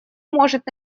может